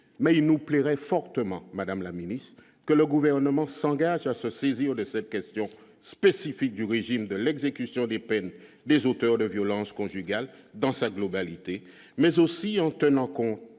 mais il nous plairait fortement Madame la Ministre, que le gouvernement s'engage à se saisir de cette question spécifique du régime de l'exécution des peines, les auteurs de violences conjugales dans sa globalité mais aussi en tenant compte